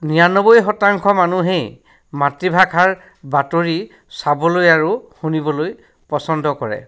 নিৰান্নবৈ শতাংশ মানুহেই মাতৃভাষাৰ বাতৰি চাবলৈ আৰু শুনিবলৈ পচন্দ কৰে